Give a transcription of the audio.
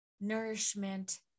nourishment